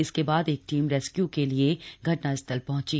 इसके बाद एक टीम रेस्क्यू के लिए घटनास्थल पहंची